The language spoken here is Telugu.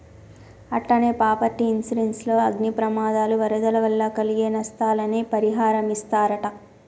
అట్టనే పాపర్టీ ఇన్సురెన్స్ లో అగ్ని ప్రమాదాలు, వరదల వల్ల కలిగే నస్తాలని పరిహారమిస్తరట